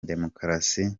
demokarasi